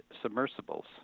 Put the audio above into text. submersibles